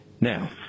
Now